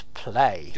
play